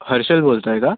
हर्षल बोलत आहे का